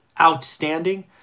outstanding